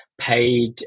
Paid